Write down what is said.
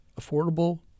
affordable